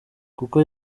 kuko